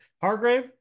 Hargrave